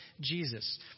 Jesus